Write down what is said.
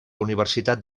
universitat